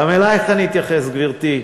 גם אלייך אני אתייחס, גברתי.